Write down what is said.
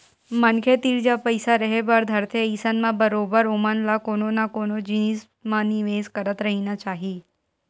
मनखे तीर जब पइसा रेहे बर धरथे अइसन म बरोबर ओमन ल कोनो न कोनो जिनिस म निवेस करत रहिना चाही